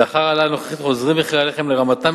לאחר ההעלאה הנוכחית חוזרים מחירי הלחם לרמתם,